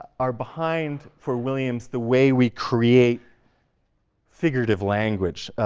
are behind, for williams, the way we create figurative language,